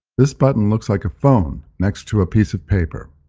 this button looks like a phone next to a piece of paper.